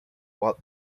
while